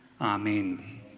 Amen